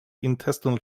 intestinal